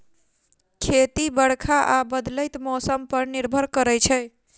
खेती बरखा आ बदलैत मौसम पर निर्भर करै छै